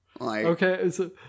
Okay